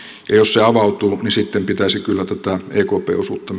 ja jos se avautuu niin sitten pitäisi kyllä tätä ekpn osuutta